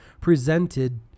presented